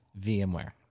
VMware